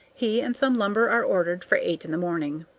he and some lumber are ordered for eight in the morning.